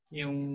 yung